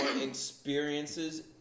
experiences